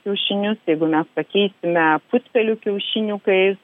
kiaušinius jeigu mes pakeisime putpelių kiaušiniukais